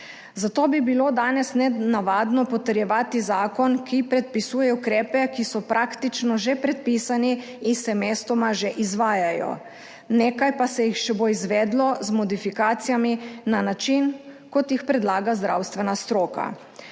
zato bi bilo danes nenavadno potrjevati zakon, ki predpisuje ukrepe, ki so praktično že predpisani in se mestoma že izvajajo, nekaj pa se jih še bo izvedlo z modifikacijami na način, kot jih predlaga zdravstvena stroka.